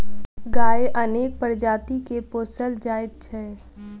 गायक अनेक प्रजाति के पोसल जाइत छै